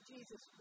Jesus